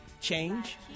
change